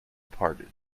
parted